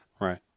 Right